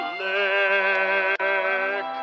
lick